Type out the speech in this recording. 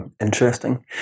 Interesting